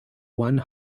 one